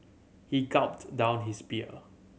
he gulped down his beer